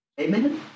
Amen